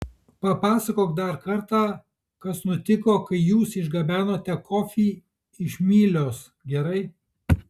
papasakok dar kartą kas nutiko kai jūs išgabenote kofį iš mylios gerai